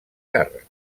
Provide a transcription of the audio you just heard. càrrec